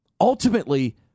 Ultimately